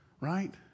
right